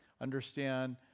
Understand